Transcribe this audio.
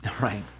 right